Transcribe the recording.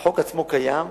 החוק עצמו קיים,